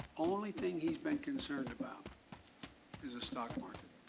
only thing he has been concerned about is the stock market.